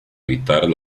evitar